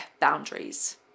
boundaries